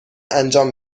انجام